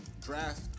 draft